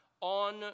on